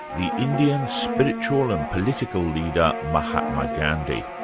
the indian spiritual and political leader, mahatma gandhi.